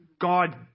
God